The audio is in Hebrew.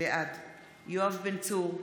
בעד יואב בן צור,